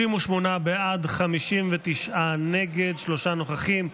בעד, 38, נגד, 59, שלושה נוכחים.